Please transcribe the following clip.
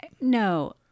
no